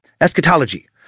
eschatology